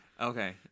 Okay